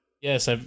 Yes